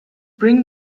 bring